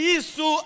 isso